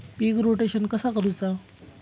पीक rotation कसा करूचा?